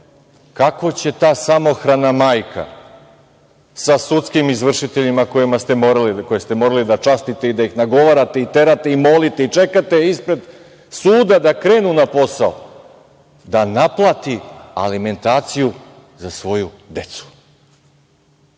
kako će ta samohrana majka sa sudskim izvršiteljima koje ste morali da častite, da ih nagovarate, terate, molite i čekate ispred suda da krenu na posao da naplati alimentaciju za svoju decu?